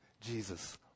Jesus